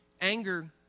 Anger